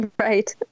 Right